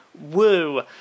woo